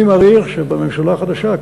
אני מעריך שבממשלה החדשה,